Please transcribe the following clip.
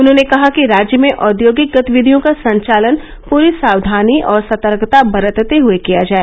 उन्होंने कहा कि राज्य में औद्योगिक गतिविधियों का संचालन पूरी साक्षानी और सतर्कता बरतते हए किया जाए